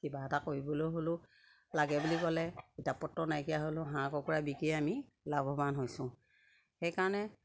কিবা এটা কৰিবলৈ হ'লেও লাগে বুলি ক'লে কিতাপ পত্ৰ নাইকিয়া হ'লেও হাঁহ কুকুৰা বিকি আমি লাভৱান হৈছোঁ সেইকাৰণে